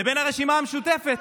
לבין הרשימה המשותפת.